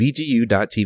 VGU.TV